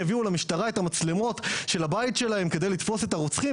שאנשים יביאו למשטרה את מצלמות הבית שלהם כדי לתפוס את הרוצחים?